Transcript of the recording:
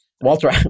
Walter